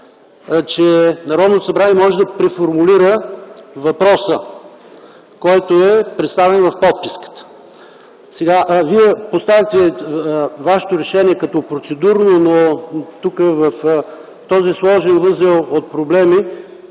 че Народното събрание може да преформулира въпроса, който е представен в подписката. Вие поставяте Вашето решение като процедурно, но тук – в този сложен възел от проблеми